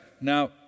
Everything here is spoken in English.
now